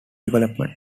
development